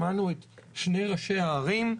שמענו את שני ראשי הערים,